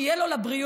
שיהיה לו לבריאות,